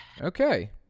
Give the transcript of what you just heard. okay